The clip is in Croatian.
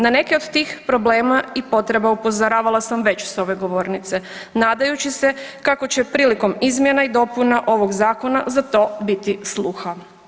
Na neke od tih problema i potreba upozoravala sam već s ove govornice nadajući se kako će prilikom izmjena i dopuna ovog zakona za to bili sluha.